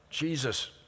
Jesus